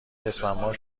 اسفندماه